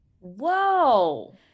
Whoa